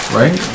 right